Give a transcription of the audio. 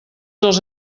els